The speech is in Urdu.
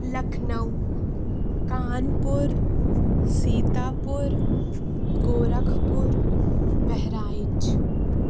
لکھنؤ کانپور سیتاپور گورکھپور بہرائچ